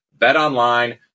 BetOnline